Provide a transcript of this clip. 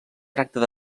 tractat